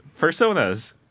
personas